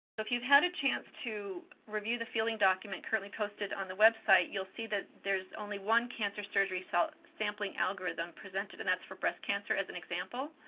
if you've had a chance to review the fielding document currently posted on the website, you'll see that there's only one cancer surgery so sampling algorithm presented, and that's for breast cancer, as an example.